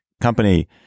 company